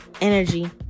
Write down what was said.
energy